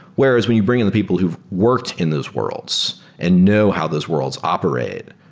whereas when you bring in the people who've worked in those worlds and know how those worlds operate,